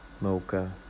Mocha